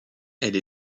elle